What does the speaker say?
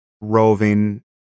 roving